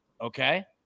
Okay